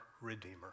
Redeemer